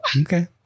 Okay